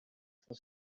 for